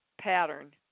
pattern